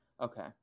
Okay